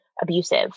abusive